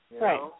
Right